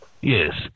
yes